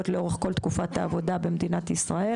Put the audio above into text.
לאורך כל תקופת העבודה במדינת ישראל.